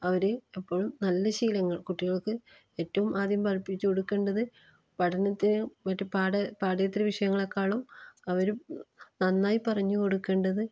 അവർ എപ്പോഴും നല്ല ശീലങ്ങൾ കുട്ടികൾക്ക് ഏറ്റവും ആദ്യം പഠിപ്പിച്ച് കൊടുക്കേണ്ടത് പഠനത്തിന് മറ്റ് പാഠ പഠ്യേതര വിഷയങ്ങളെക്കാളും അവർ നന്നായി പറഞ്ഞ് കൊടുക്കേണ്ടത്